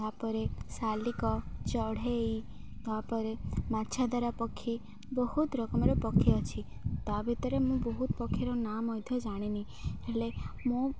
ତାପରେ ଶଲିକ ଚଢ଼େଇ ତାପରେ ମାଛଧରା ପକ୍ଷୀ ବହୁତ ରକମର ପକ୍ଷୀ ଅଛି ତା' ଭିତରେ ମୁଁ ବହୁତ ପକ୍ଷୀର ନାଁ ମଧ୍ୟ ଜାଣିନି ହେଲେ ମୁଁ